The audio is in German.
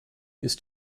ist